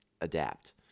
adapt